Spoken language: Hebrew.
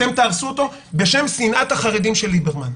אתם תהרסו אותו בשם שנאת החרדים של ליברמן.